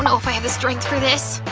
and if i have the strength for this?